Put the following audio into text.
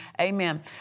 Amen